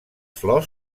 flors